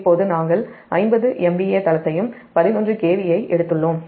இப்போது நாம் 50 MVA தளத்தையும் 11kV ஐ எடுத்துள்ளோம்